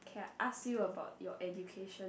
k I ask you about your education